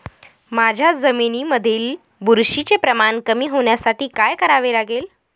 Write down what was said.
माझ्या जमिनीमधील बुरशीचे प्रमाण कमी होण्यासाठी काय करावे लागेल?